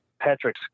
Patrick